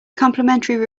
complimentary